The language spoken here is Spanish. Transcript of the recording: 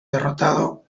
derrotado